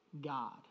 God